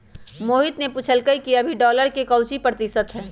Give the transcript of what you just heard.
मोहित ने पूछल कई कि अभी डॉलर के काउची प्रतिशत है?